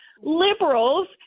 liberals